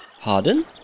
Pardon